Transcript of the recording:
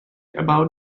about